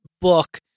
book